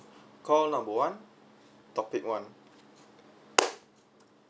call number one topic one